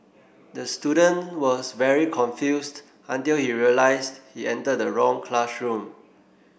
the student was very confused until he realised he entered the wrong classroom